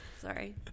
Sorry